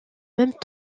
même